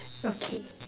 okay